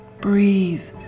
Breathe